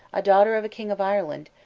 a daughter of a king of ireland,